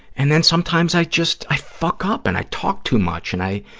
and then sometimes i just, i fuck up and i talk too much and i,